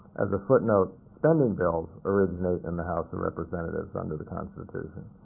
as a footnote, spending bills originate in the house of representatives under the constitution.